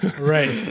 Right